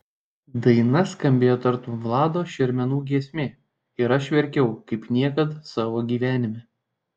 daina skambėjo tartum vlado šermenų giesmė ir aš verkiau kaip niekad savo gyvenime